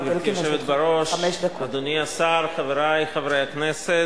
גברתי היושבת בראש, אדוני השר, חברי חברי הכנסת,